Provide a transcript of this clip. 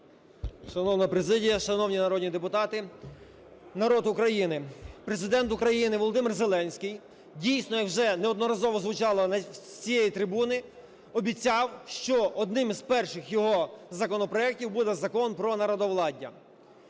Шановні президія, шановні народні депутати, народ України, Президент України Володимир Зеленський дійсно, і вже неодноразово звучало з цієї трибуни обіцяв, що одним із перших його законопроектів буде Закон про народовладдя.